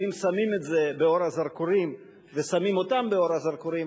ואם שמים את זה באור הזרקורים ושמים אותם באור הזרקורים,